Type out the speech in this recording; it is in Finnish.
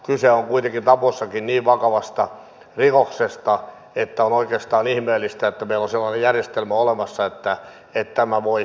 kyse on kuitenkin tapossakin niin vakavasta rikoksesta että on oikeastaan ihmeellistä että meillä on sellainen järjestelmä olemassa että tämä voi vanhentua